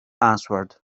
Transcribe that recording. answered